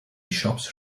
shops